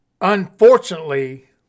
Unfortunately